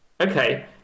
Okay